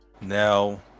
Now